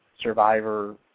Survivor